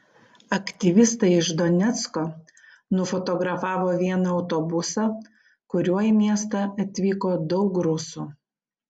aktyvistai iš donecko nufotografavo vieną autobusą kuriuo į miestą atvyko daug rusų